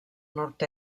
nord